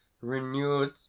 renews